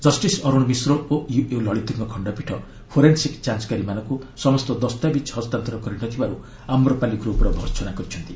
justice Arun Mishra ଓ U ଲଳିତଙ୍କ ଖଣ୍ଡପୀଠ ଫୋରେନ୍ସିକ୍ ଯାଞ୍ଚକାରୀମାନଙ୍କୁ ସମସ୍ତ ଦସ୍ତାବିଜ୍ ହସ୍ତାନ୍ତର କରିନଥିବାରୁ ଆମ୍ରପାଲି ଗ୍ରପ୍ର ଭର୍ଚ୍ଛନା କରିଛନ୍ତି